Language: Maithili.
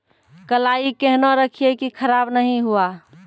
कलाई केहनो रखिए की खराब नहीं हुआ?